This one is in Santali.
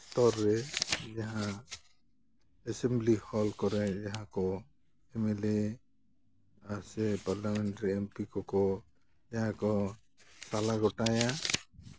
ᱥᱛᱚᱨ ᱨᱮ ᱡᱟᱦᱟᱸ ᱮᱥᱮᱢᱵᱤᱞᱤ ᱦᱚᱞ ᱠᱚᱨᱮ ᱡᱟᱦᱟᱸ ᱠᱚ ᱮᱢᱮᱞᱮ ᱥᱮ ᱯᱟᱨᱞᱟᱢᱮᱱᱴ ᱨᱮ ᱮᱢᱯᱤ ᱠᱚ ᱡᱟᱦᱟᱸ ᱠᱚ ᱥᱟᱞᱟ ᱜᱚᱴᱟᱭᱟ